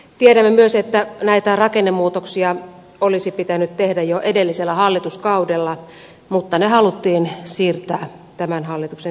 tiedämme myös että näitä rakennemuutoksia olisi pitänyt tehdä jo edellisellä hallituskaudella mutta ne haluttiin siirtää tämän hallituksen tehtäväksi